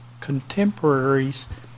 contemporaries